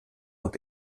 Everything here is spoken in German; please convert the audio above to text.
und